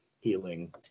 healing